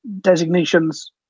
designations